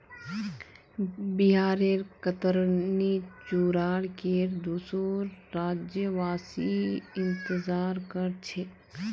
बिहारेर कतरनी चूड़ार केर दुसोर राज्यवासी इंतजार कर छेक